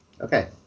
okay